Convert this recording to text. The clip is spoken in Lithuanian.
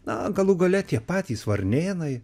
na galų gale tie patys varnėnai